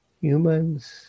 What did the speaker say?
Humans